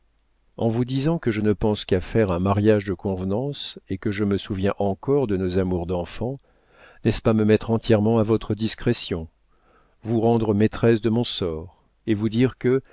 en vous disant que je ne pense qu'à faire un mariage de convenance et que je me souviens encore de nos amours d'enfant n'est-ce pas me mettre entièrement à votre discrétion vous rendre maîtresse de mon sort et vous dire que